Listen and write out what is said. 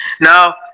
Now